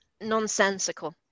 nonsensical